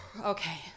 Okay